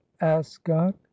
ascot